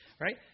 Right